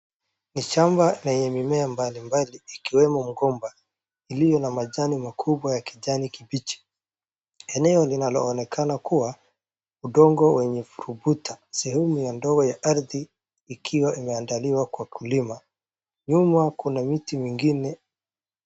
Ni samba lenye mimea mbalimbali ikiwemo mgomba ,iliyo na majani makubwa ya kijani kibichi ,eneo linaloonekana kuwa udongo wenye furuguta sehemu ndogo ya ardhi ikiwa imeandaliwa kwa ukulima, nyuma kuna miti mingine.